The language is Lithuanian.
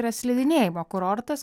yra slidinėjimo kurortas